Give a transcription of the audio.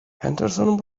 henderson